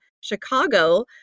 Chicago